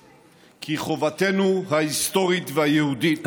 מינקות כי חובתנו ההיסטורית והיהודית,